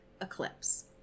Eclipse